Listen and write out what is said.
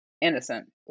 innocent